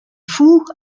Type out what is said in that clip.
fous